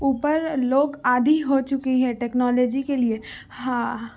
اوپر لوگ عادی ہو چکی ہے ٹیکنالوجی کے لیے ہاں